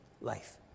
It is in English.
life